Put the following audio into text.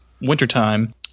wintertime